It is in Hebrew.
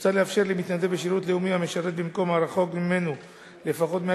מוצע לאפשר למתנדב בשירות לאומי המשרת במקום הרחוק לפחות 100